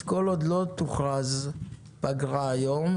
כל עוד לא תוכרז פגרה היום,